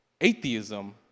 Atheism